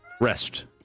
rest